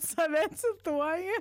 save cituoji